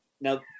now